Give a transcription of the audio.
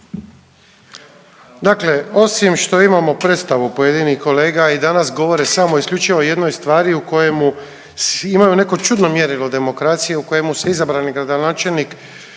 Dakle, osim što imamo predstavu pojedinih kolega i danas govore samo isključivo o jednoj stvari o kojemu imaju neko čudno mjerilo demokracije u kojemu se izabrani gradonačelnik